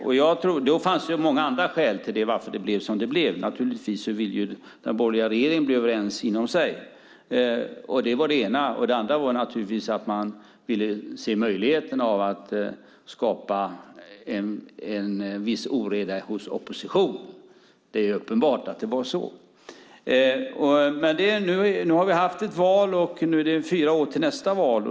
Det fanns många andra skäl till varför det blev som det blev. Naturligtvis ville den borgerliga regeringen bli överens inom sig. Det var det ena. Det andra var att man ville se möjligheten av att skapa en viss oreda hos oppositionen. Det var uppenbart att det var så. Nu har vi haft ett val, och det är fyra år till nästa val.